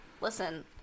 Listen